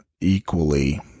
equally